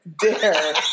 dare